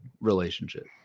relationship